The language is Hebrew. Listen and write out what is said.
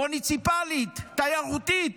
מוניציפלית, תיירותית,